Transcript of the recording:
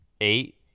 eight